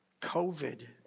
covid